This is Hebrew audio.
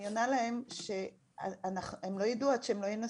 אני עונה להן שהן לא יידעו עד שהן לא ינסו,